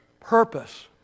purpose